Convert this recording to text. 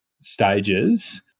stages